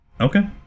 Okay